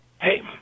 Hey